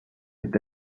est